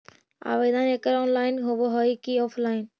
आवेदन एकड़ ऑनलाइन होव हइ की ऑफलाइन?